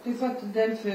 taip pat delfi